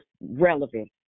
relevant